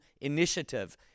initiative